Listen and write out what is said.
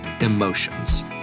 emotions